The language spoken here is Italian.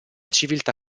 civiltà